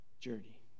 journey